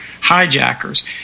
Hijackers